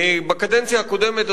בקדנציה הקודמת,